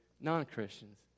non-Christians